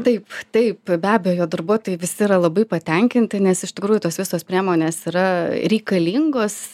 taip taip be abejo darbuotojai visi yra labai patenkinti nes iš tikrųjų tos visos priemonės yra reikalingos